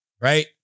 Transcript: right